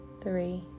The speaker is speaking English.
three